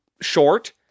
short